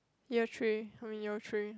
year three I'm year three